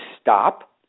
stop